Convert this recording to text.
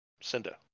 cinda